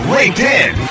LinkedIn